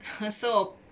可是我